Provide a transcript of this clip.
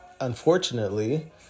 unfortunately